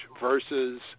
versus